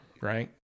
right